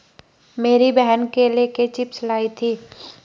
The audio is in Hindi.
मेरी बहन केले के चिप्स लाई थी